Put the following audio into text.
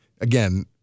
Again